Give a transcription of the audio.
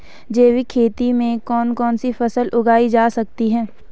जैविक खेती में कौन कौन सी फसल उगाई जा सकती है?